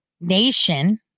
nation